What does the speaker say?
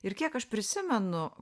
ir kiek aš prisimenu